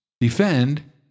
defend